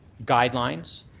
guidelines,